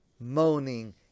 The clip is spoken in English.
moaning